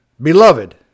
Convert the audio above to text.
Beloved